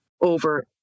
over